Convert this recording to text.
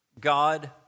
God